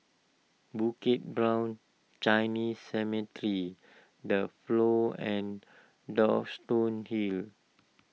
Bukit Brown Chinese Cemetery the Flow and Duxton Hill